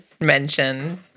mention